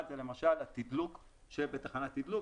למשל התדלוק שבתחנת תדלוק,